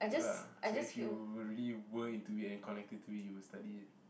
ya lah so if you were really were into it and connected to it you will study it